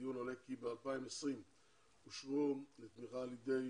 הדיון עולה כי ב-2020 אושרו לתמיכה על ידי